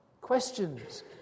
Questions